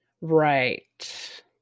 Right